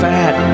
Fat